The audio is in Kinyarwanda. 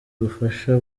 bufasha